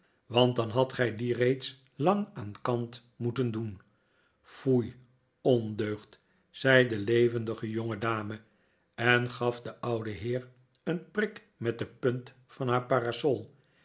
want dan hadt gij die reeds lang aan kant moeten doen foei ondeugd zei de levendige jongedame en gaf den ouden heer een prik met de punt van haar parasol